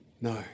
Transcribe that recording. No